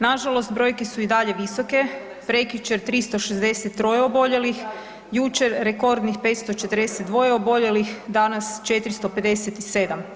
Nažalost, brojke su i dalje visoke, prekjučer 363 oboljelih, jučer rekordnih 542 oboljelih, danas 457.